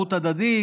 ערבות הדדית.